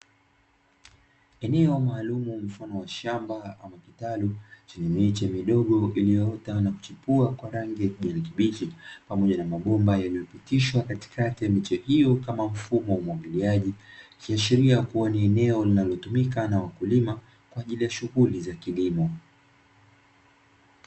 Eneo maalumu mfano wa shamba ama kitalu, chenye miche midogo iliyoota na kuchipua kwa rangi ya kijani kibichi, pamoja na mabomba yaliyopitishwa katikati ya miche hiyo kama mfumo wa umwagiliaji, ikiashiria kuwa ni eneo linalotumika na wakulima kwa ajili ya shughuli za kilimo.